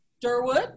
Durwood